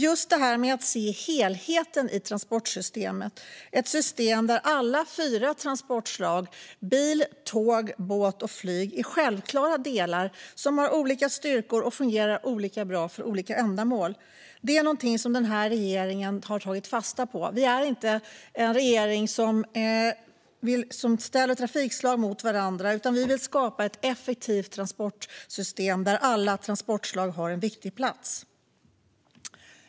Just detta med att se helheten i transportsystemet är någonting regeringen har tagit fasta på. Det handlar om ett system där alla fyra transportslag - bil, tåg, båt och flyt - är självklara delar som har olika styrkor och fungerar olika bra för olika ändamål. Vi är inte en regering som ställer trafikslag mot varandra, utan vi vill skapa ett effektivt transportsystem där alla transportslag har en viktig plats.